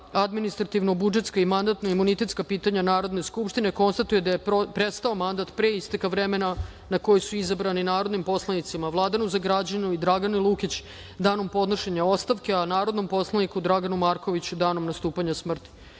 administrativno-budžetska i mandatno-imunitetska pitanja Narodne skupštine konstatuje da je prestao mandat pre isteka vremena na koji su izabrani narodnim poslanicima Vladanu Zagrađanina i Dragani Lukić danom podnošenja ostavke, a narodnom poslaniku Draganu Markoviću danom nastupanjem